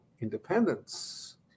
independence